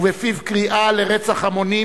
ובפיו קריאה לרצח המונים,